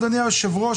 אדוני היושב-ראש,